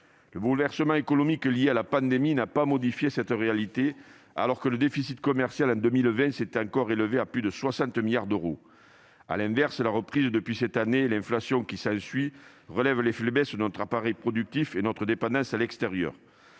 Le bouleversement économique lié à la pandémie n'a pas modifié cette réalité, alors que le déficit commercial s'est encore élevé à plus de 60 milliards d'euros en 2020. À l'inverse, la reprise de cette année et l'inflation qui s'ensuit révèlent les faiblesses de notre appareil productif et notre dépendance à l'extérieur.